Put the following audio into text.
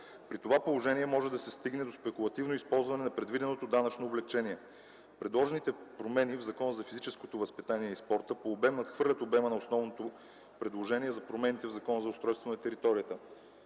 При това положение може да се стигне до спекулативно използване на предвиденото данъчно облекчение. Предложените промени в Закона за физическото възпитание и спорта по обем надхвърлят обема на основното предложение за промените в Закона за устройство на територията.